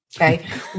Okay